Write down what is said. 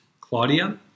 Claudia